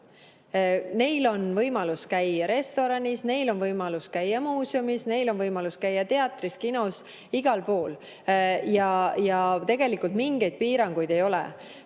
Neil on võimalus käia restoranis, neil on võimalus käia muuseumis, neil on võimalus käia teatris, kinos, igal pool ja tegelikult mingeid piiranguid ei ole.